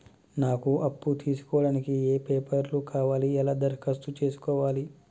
నాకు అప్పు తీసుకోవడానికి ఏ పేపర్లు కావాలి ఎలా దరఖాస్తు చేసుకోవాలి?